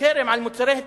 חרם על מוצרי התנחלויות,